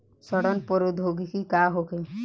सड़न प्रधौगकी का होखे?